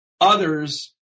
others